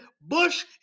Bush